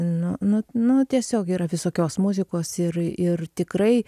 nu nu nu tiesiog yra visokios muzikos ir ir tikrai